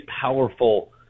powerful